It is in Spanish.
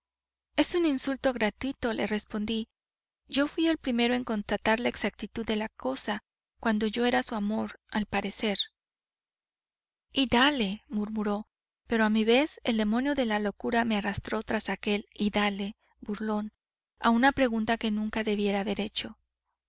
es un insulto gratuito le respondí yo fuí el primero en constatar la exactitud de la cosa cuando yo era su amor al parecer y dale murmuró pero a mi vez el demonio de la locura me arrastró tras aquel y dale burlón a una pregunta que nunca debiera haber hecho